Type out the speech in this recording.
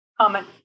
comment